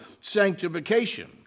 sanctification